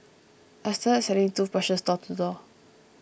I started selling toothbrushes door to door